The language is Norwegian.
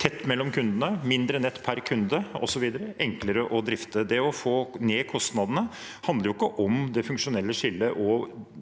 tett mellom kundene, mindre nett per kunde osv. – enklere å drifte. Å få ned kostnadene handler jo ikke om det funksjonelle skillet og